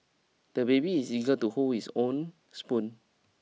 the baby is eager to hold his own spoon